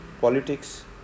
politics